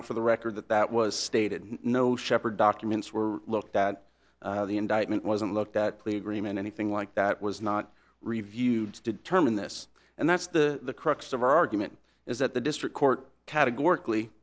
out for the record that that was stated no shephard documents were looked at the indictment wasn't looked at plea agreement anything like that was not reviewed to determine this and that's the crux of our argument is that the district court categor